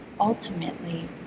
ultimately